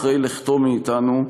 אחרי לכתו מאתנו,